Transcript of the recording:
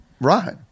right